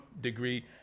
degree